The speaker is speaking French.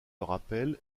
rappelle